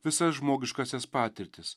visas žmogiškąsias patirtis